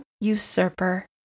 usurper